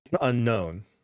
unknown